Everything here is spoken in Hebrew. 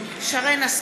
(קוראת בשמות חברי הכנסת) שרן השכל,